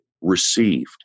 received